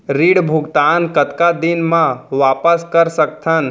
ऋण भुगतान कतका दिन म वापस कर सकथन?